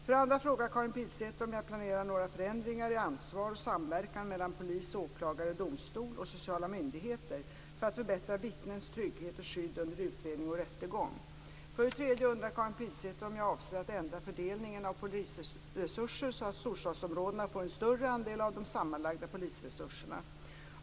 För det andra frågar Karin Pilsäter om jag planerar några förändringar i ansvar och samverkan mellan polis, åklagare, domstol och sociala myndigheter för att förbättra vittnens trygghet och skydd under utredning och rättegång. För det tredje undrar Karin Pilsäter om jag avser att ändra fördelningen av polisresurser så att storstadsområdena får en större andel av de sammanlagda polisresurserna.